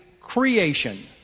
creation